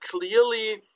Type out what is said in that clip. clearly